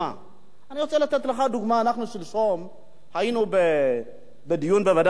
אני רוצה לתת לך דוגמה: שלשום היינו בדיון בוועדת הכספים.